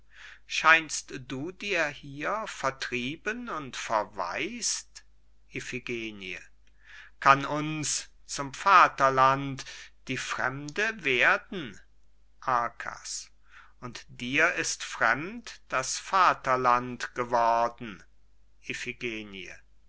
scheinst du dir hier vertrieben und verwais't iphigenie kann uns zum vaterland die fremde werden arkas und dir ist fremd das vaterland geworden